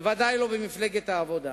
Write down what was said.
בוודאי לא במפלגת העבודה.